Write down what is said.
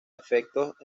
efectos